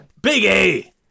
Biggie